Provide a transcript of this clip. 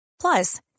Plus